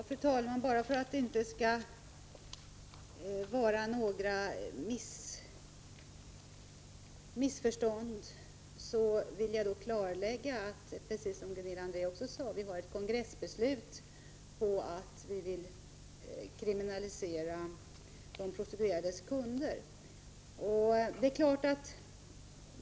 Fru talman! Bara för att det inte skall bli några missförstånd vill jag klarlägga att, precis som Gunilla André sade, vi har ett kongressbeslut på att vi skall arbeta för kriminalisering av de prostituerades kunder.